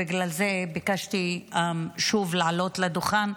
בגלל זה ביקשתי שוב לעלות לדוכן,